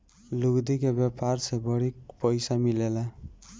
लुगदी के व्यापार से बड़ी पइसा मिलेला